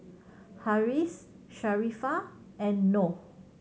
Harris Sharifah and Noh